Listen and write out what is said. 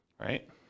right